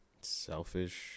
Selfish